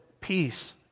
peace